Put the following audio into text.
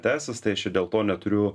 tęsis tai aš čia dėl to neturiu